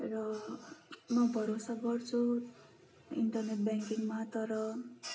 र म भरोसा गर्छु इन्टरनेट ब्याङ्किकमा तर